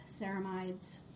ceramides